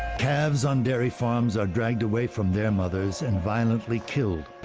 calves on dairy farms are dragged away from their mothers and violently killed.